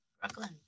Brooklyn